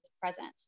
present